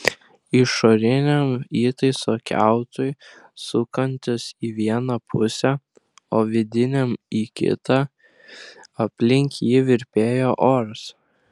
išoriniam įtaiso kiautui sukantis į vieną pusę o vidiniam į kitą aplink jį virpėjo oras